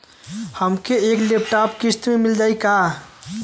हमके एक लैपटॉप किस्त मे मिल जाई का?